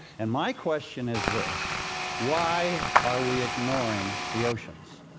and my question is this why are we ignoring the oceans?